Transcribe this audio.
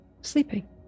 sleeping